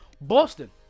Boston